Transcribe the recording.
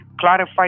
clarify